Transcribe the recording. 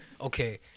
okay